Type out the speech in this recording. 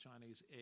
Chinese